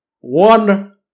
one